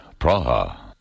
Praha